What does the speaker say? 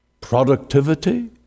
productivity